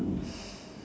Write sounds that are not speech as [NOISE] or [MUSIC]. [BREATH]